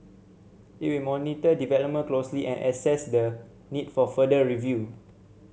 it will monitor development closely and assess the need for further review